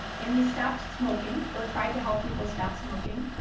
and we stopped smoking or tried to help people stop smoking